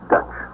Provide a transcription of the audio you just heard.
Dutch